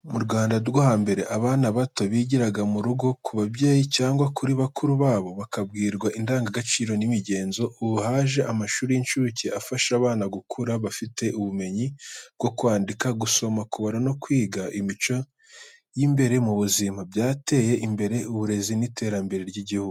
Mu Rwanda rwo hambere, abana bato bigiraga mu rugo ku babyeyi cyangwa kuri bakuru babo, bakabwirwa indangagaciro n'imigenzo. Ubu haje amashuri y’incuke afasha abana gukura bafite ubumenyi bwo kwandika, gusoma, kubara no kwiga imico y’imbere mu buzima. Byateje imbere uburezi n’iterambere ry’igihugu.